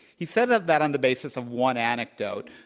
he said ah that on the basis of one anecdote